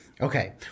Okay